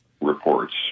reports